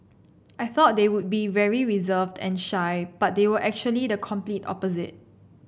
I thought they would be very reserved and shy but they were actually the complete opposite